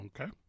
Okay